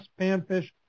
panfish